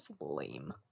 lame